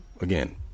again